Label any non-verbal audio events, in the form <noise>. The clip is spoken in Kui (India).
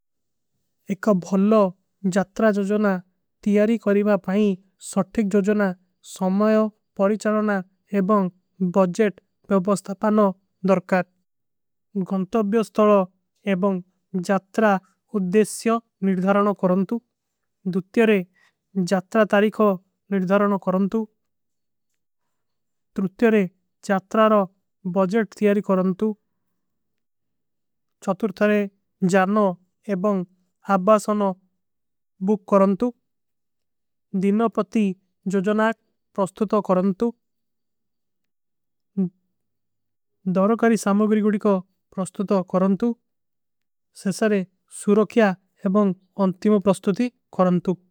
ଏକ ଭଳ୍ଲୋ ଜାତ୍ରା ଜଜଣା ତିଯାରୀ କରୀବା ପାଇଂ ସଠ୍ଥିକ ଜଜଣା। ସମଯୋ ପରିଚାରନା ଏବଂଗ ବଜେଟ ବ୍ଯୋପସ୍ଥା ପାନୋଂ ଦର୍କାର। ଗଂତଵ୍ଯସ୍ତରୋଂ ଏବଂଗ ଜାତ୍ରା ଉଦ୍ଦେଶ୍ଯୋଂ ନିର୍ଧାରଣୋଂ କରନ୍ତୁ ଦୁଫ୍ଯୋରେ। ଜାତ୍ରା ତାରୀକୋ ନିର୍ଧାରଣୋଂ କରନ୍ତୁ ତୁର୍ଫ୍ଯୋରେ ଜାତ୍ରାରୋଂ ବଜଟ। ତିଯାରୀ କରନ୍ତୁ <hesitation> ଚତୁର୍ଥରେ ଜାନୋଂ ଏବଂଗ। ଆପବାସଣୋଂ ବୁକ କରନ୍ତୁ ଦିନ୍ନୋଂ ପତି ଜଜଣାକ ପ୍ରସ୍ଥୁତ। କରନ୍ତୁ ଦଵରକାରୀ ସାମ୍ମୋଗୀରୀ କୋ। <hesitation> ପ୍ରସ୍ଥୁତ କରନ୍ତୁ। ସେସରେ ସୁରୋଖ୍ଯା ଏବଂଗ ଅଂତିମୋଂ ପ୍ରସ୍ଥୁତି କରନ୍ତୁ।